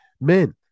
Men